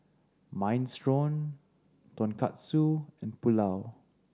Minestrone Tonkatsu and Pulao